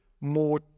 more